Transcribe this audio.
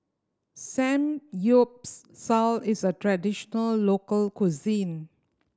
samgyeopsal is a traditional local cuisine